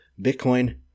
Bitcoin